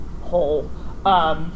hole